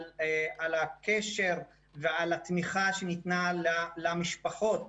על הקשר ועל התמיכה שניתנה למשפחות,